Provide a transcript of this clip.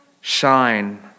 shine